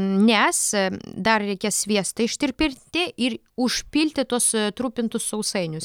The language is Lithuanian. nes dar reikės sviestą ištirpinti ir užpilti tuos trupintus sausainius